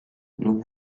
nous